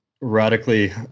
radically